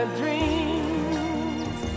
dreams